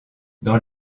dans